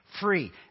free